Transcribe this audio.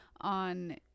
on